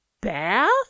bath